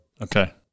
Okay